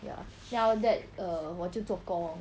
ya then after that err 我就做工